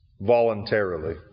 voluntarily